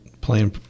playing